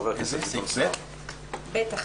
חבר הכנסת גדעון סער, בבקשה.